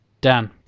Dan